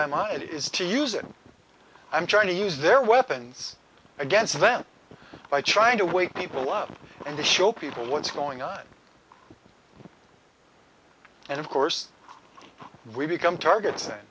i mind is to use it i'm trying to use their weapons against them by trying to wake people up and show people what's going on and of course we become targets th